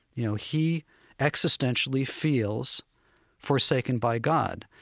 you know, he existentially feels forsaken by god.